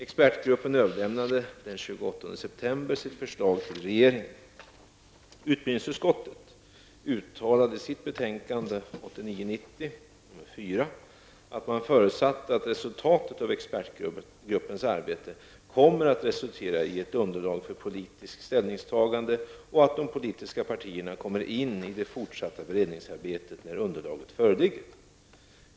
Expertgruppen överlämnade den 28 september sitt förslag till regeringen. 1989/90:UbU4 att man förutsatte att resultatet av expertgruppens arbete kommer att resultera i ett underlag för politiskt ställningstagande och att de politiska partierna kommer in i det fortsatta beredningsarbetet när underlaget föreligger.